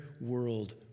world